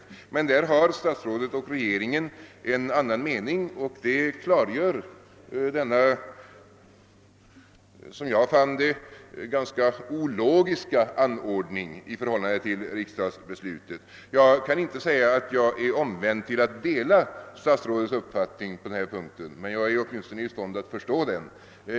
På denna punkt har emellertid statsrådet och regeringen en annan mening vilket förklarar den rådande i förhållande till riksdagsbeslutet ganska ologiska ord Jag kan inte säga att jag omvänts till att dela statsrådets uppfattning på denna punkt, men jag är åtminstone i stånd att förstå den.